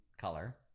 color